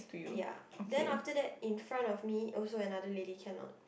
ya then after that in front of me also another lady cannot